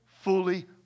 fully